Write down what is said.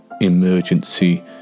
emergency